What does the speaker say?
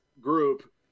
group